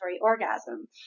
orgasm